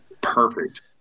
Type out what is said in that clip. perfect